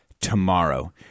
tomorrow